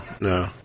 no